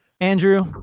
andrew